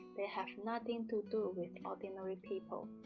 they have nothing to do with ordinary people.